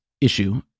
issue